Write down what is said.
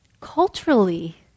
culturally